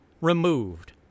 removed